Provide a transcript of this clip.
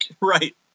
Right